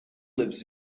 lives